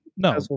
No